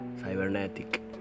cybernetic